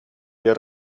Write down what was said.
del